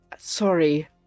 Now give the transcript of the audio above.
sorry